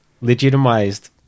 Legitimized